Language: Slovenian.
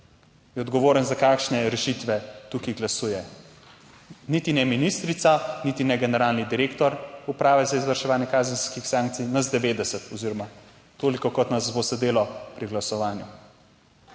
odgovoren, za kakšne rešitve tukaj glasuje, niti ne ministrica niti ne generalni direktor Uprave za izvrševanje kazenskih sankcij, nas 90 oziroma toliko kot nas bo sedelo pri glasovanju.